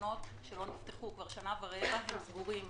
מלונות שלא נפתחו כבר שנה ורבע והם סגורים.